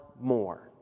more